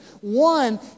One